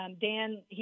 Dan